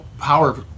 power